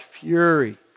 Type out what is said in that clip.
fury